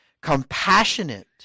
compassionate